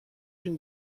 une